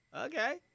Okay